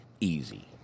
Easy